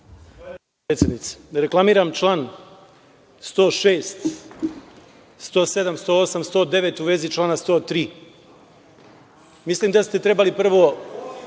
Hvala predsednice. Reklamiram čl. 106, 107, 108, 109. u vezi člana 103.Mislim da ste trebali prvo